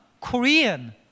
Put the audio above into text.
Korean